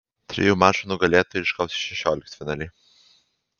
trijų mačų nugalėtojai iškops į šešioliktfinalį